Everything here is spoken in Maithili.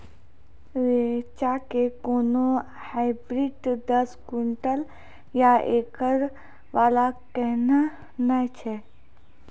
रेचा के कोनो हाइब्रिड दस क्विंटल या एकरऽ वाला कहिने नैय छै?